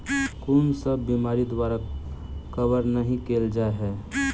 कुन सब बीमारि द्वारा कवर नहि केल जाय है?